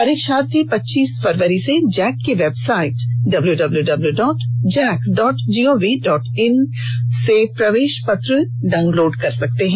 परीक्षार्थी पच्चीस फरवरी से जैक की website W W W Jack dot gov dot in से प्रवेश पत्र डाउनलोड कर सकते हैं